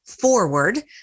forward